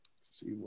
see